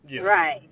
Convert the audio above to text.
Right